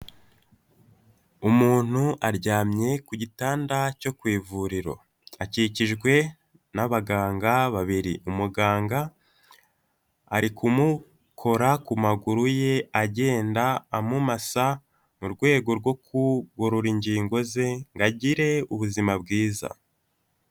Umuntu aryamye ku gitanda cyo ku ivuriro akikijwe n'abaganga babiri umuganga ari kumukora ku maguru ye agenda amumasa mu rwego rwo kugororura ingingo ze ngo agire ubuzima bwiza.